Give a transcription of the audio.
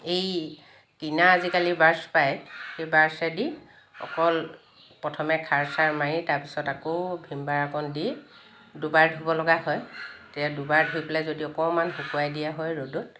এই কিনা আজিকালি ব্ৰাশ্ব পায় সেই ব্ৰাশ্বেদি অকল প্ৰথমে খাৰ চাৰ মাৰি তাৰপিছত আকৌ ভীম বাৰ অকণ দি দুবাৰ ধুব লগা হয় তে দুবাৰ ধুই পেলাই যদি অকণমান শুকোৱাই দিয়া হয় ৰ'দত